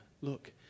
Look